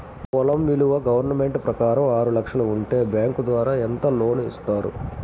పొలం విలువ గవర్నమెంట్ ప్రకారం ఆరు లక్షలు ఉంటే బ్యాంకు ద్వారా ఎంత లోన్ ఇస్తారు?